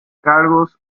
cargos